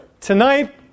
tonight